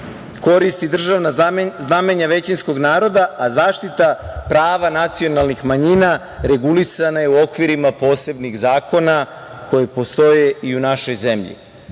koristi državna znamenja većinskog naroda, a zaštita prava nacionalnih manjina regulisana je u okvirima posebnih zakona koji postoje i u našoj zemlji. Što